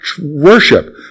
worship